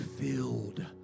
filled